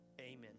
Amen